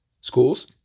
schools